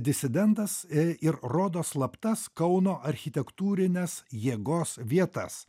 disidentas i ir rodo slaptas kauno architektūrines jėgos vietas